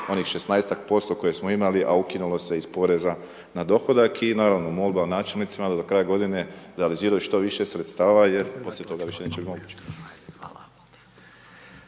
onih 16% koje smo imali a ukinulo se iz poreza na dohodak. I naravno, molba načelnicima da do kraja godine realiziraju što više sredstava jer poslije toga više neće moći.